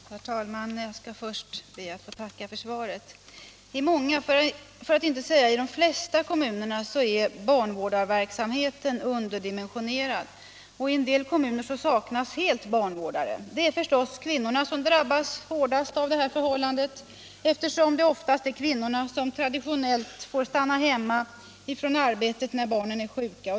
Herr talman! Jag skall först be att få tacka för svaret. I många, för att inte säga de flesta, kommuner är barnvårdarverksamheten underdimensionerad, och i en del kommuner saknas helt barnvårdare. Det är förstås kvinnorna som drabbas hårdast av detta förhållande, eftersom det traditionellt oftast är kvinnorna som får stanna hemma från arbetet när barnen är sjuka.